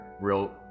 real